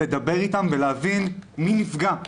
לדבר איתם ולהבין מי נפגע.